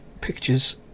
pictures